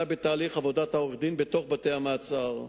בתהליך עבודת עורכי-דין בתוך בתי-המעצר.